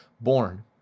born